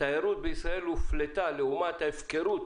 שהתיירות בישראל הופלתה לעומת ההפקרות